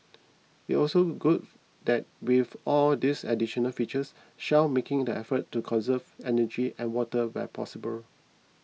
it's also good that with all these additional features Shell's making the effort to conserve energy and water where possible